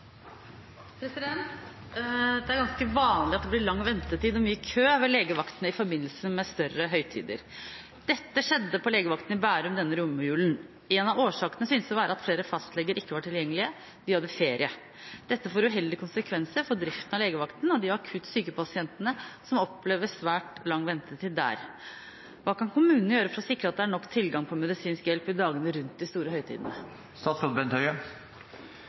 er trukket tilbake. «Det er ganske vanlig at det blir lang ventetid og mye kø ved legevaktene i forbindelse med større høytider. Dette skjedde på legevakten i Bærum denne romjulen. En av årsakene synes å være at flere fastleger ikke var tilgjengelige; de hadde ferie. Dette får uheldige konsekvenser for driften av legevakten og de akutt syke pasientene som opplever svært lang ventetid der. Hva kan kommunene gjøre for å sikre at det er nok tilgang på medisinsk hjelp i dagene rundt de store høytidene?»